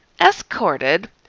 escorted